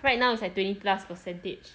right now is like twenty plus percentage